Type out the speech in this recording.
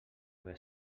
haver